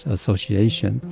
Association